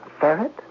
Ferret